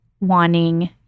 wanting